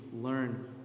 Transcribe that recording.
learn